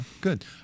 good